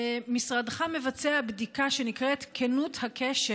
משרדך מבצע בדיקה שנקראת "כנות הקשר"